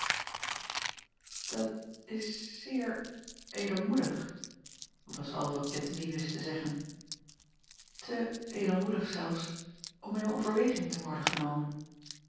at is zeer edelmoedig was al wat ettemie wist te zeggen te edelmoedig zelfs om in overweging te worden genomen